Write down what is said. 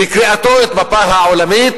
בקריאתו את המפה העולמית,